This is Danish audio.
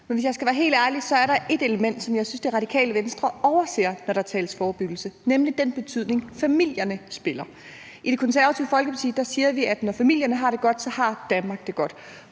men hvis jeg skal være helt ærlig, er der et element, som jeg synes Radikale Venstre overser, når der tales forebyggelse, nemlig den betydning, familierne spiller. I Det Konservative Folkeparti siger vi, at når familierne har det godt, har Danmark det godt,